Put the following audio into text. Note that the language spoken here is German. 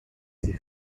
sich